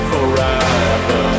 Forever